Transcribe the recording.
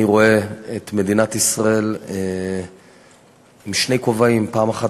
אני רואה את מדינת ישראל עם שני כובעים: פעם אחת,